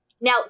Now